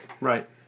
Right